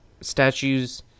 statues